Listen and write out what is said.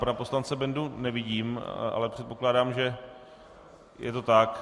Pana poslance Bendu nevidím, ale předpokládám, že je to tak.